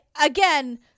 again